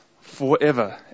forever